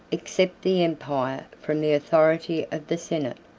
accept the empire from the authority of the senate.